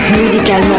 musicalement